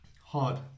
hard